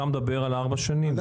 אתה מדבר על ארבע שנים,